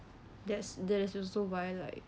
that's that is also why like